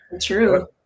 True